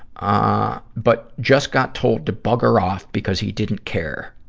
ah but just got told to bugger off because he didn't care.